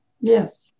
Yes